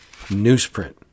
newsprint